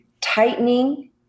tightening